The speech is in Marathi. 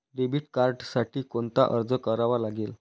डेबिट कार्डसाठी कोणता अर्ज करावा लागेल?